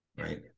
right